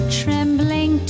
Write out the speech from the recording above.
trembling